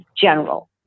general